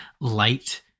light